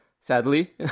sadly